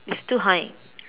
it's too high